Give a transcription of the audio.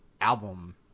album